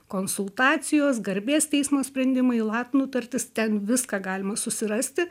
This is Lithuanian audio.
konsultacijos garbės teismo sprendimai lat nutartis ten viską galima susirasti